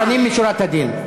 לפנים משורת הדין.